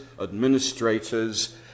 administrators